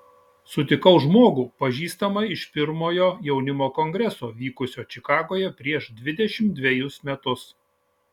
sutikau žmogų pažįstamą iš pirmojo jaunimo kongreso vykusio čikagoje prieš dvidešimt dvejus metus